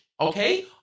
Okay